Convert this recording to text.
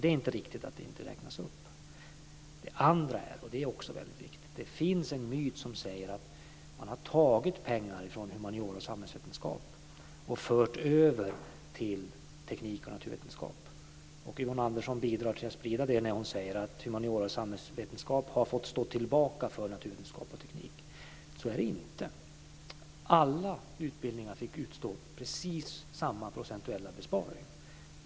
Det är inte riktigt att den inte räknas upp. Jag vill också nämna - det är väldigt viktigt - att det finns en myt som säger att man har tagit pengar från humaniora och samhällsvetenskap och fört över till teknik och naturvetenskap. Yvonne Andersson bidrar till att sprida den myten när hon säger att humaniora och samhällsvetenskap har fått stå tillbaka för naturvetenskap och teknik. Så är det inte. Alla utbildningar fick utstå precis samma procentuella besparing.